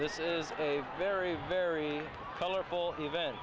this is a very very colorful event